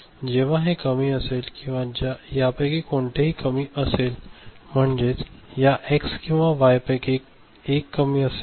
जेव्हा हे कमी असेल किंवा यापैकी कोणतेही कमी असेल म्हणजेच या एक्स किंवा वाय पैकी एक कमी असेल